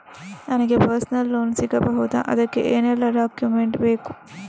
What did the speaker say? ನನಗೆ personal loan ಸಿಗಬಹುದ ಅದಕ್ಕೆ ಏನೆಲ್ಲ ಡಾಕ್ಯುಮೆಂಟ್ ಬೇಕು?